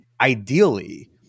ideally